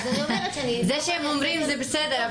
זה שהם אומרים זה בסדר,